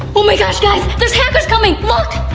oh my gosh guys! there's hackers coming, look!